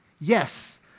Yes